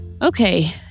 Okay